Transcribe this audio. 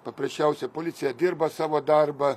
paprasčiausia policija dirba savo darbą